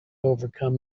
overcome